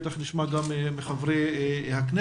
בטח נשמע גם מחברי הכנסת.